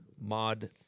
Mod